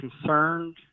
concerned